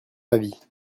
avis